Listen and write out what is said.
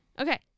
Okay